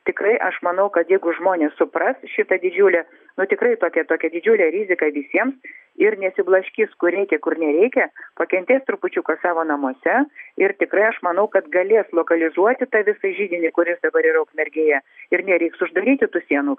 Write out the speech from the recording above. tikrai aš manau kad jeigu žmonės supras šitą didžiulę nu tikrai tokią tokią didžiulę riziką visiems ir nesiblaškys kur reikia kur nereikia pakentės trupučiuką savo namuose ir tikrai aš manau kad galės lokalizuoti tą visą židinį kuris dabar yra ukmergėje ir nereiks uždaryti tų sienų